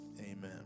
Amen